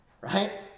right